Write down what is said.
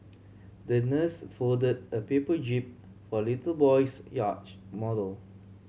the nurse fold a paper jib for little boy's yacht model